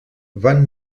van